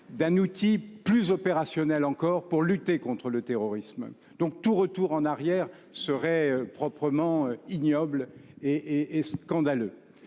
d’un outil plus opérationnel encore pour lutter contre le terrorisme. Tout retour en arrière serait proprement ignoble et scandaleux.